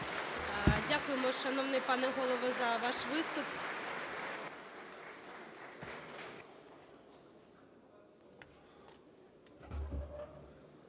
Дякуємо, шановний пане Голово, за ваш виступ.